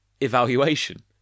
evaluation